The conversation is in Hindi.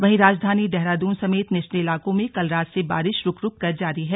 वहीं राजधानी देहरादून समेत निचले इलाकों में कल रात से बारिश रुक रुक कर जारी है